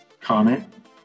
comment